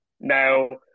Now